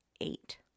eight